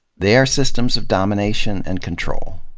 they're systems of domination and control.